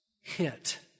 hit